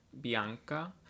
Bianca